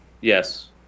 Yes